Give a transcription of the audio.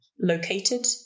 located